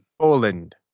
Poland